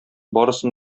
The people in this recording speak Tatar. барысын